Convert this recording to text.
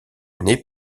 année